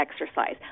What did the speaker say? exercise